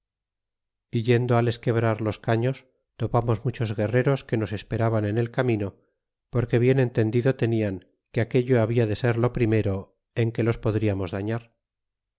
yendo les quebrar los caños topamos muchos guerreros que nos esperaban en el camino porque bien entendido tenian que aquello habia de ser lo primero en que los podriamos dañar